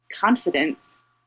confidence